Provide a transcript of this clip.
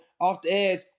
off-the-edge